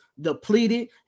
depleted